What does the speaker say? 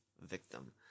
victim